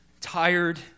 tired